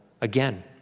again